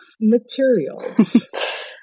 materials